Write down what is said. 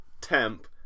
temp